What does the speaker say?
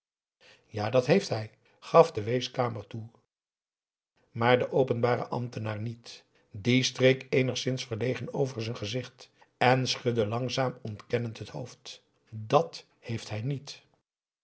ja dat heeft hij gaf de weeskamer toe maar de openbare ambtenaar niet die streek eenigszins verlegen over z'n gezicht en schudde langzaam ontkennend het hoofd aum boe akar eel at heeft hij niet